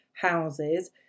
houses